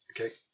Okay